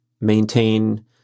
maintain